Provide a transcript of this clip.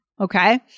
okay